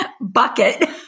bucket